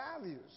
values